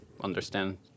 understand